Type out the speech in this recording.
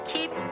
Keep